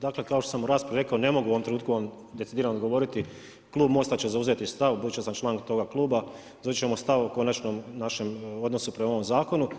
Dakle, kao što sam u raspravi rekao, ne mogu vam u ovom trenutku vam definirano odgovoriti, Klub Mosta će zauzeti član, budući da sam član toga kluba, zauzeti ćemo stav o konačnom našem odnosu prema ovom zakonu.